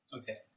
Okay